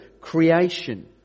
creation